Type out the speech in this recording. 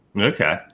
Okay